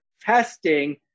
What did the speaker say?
testing